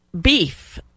beef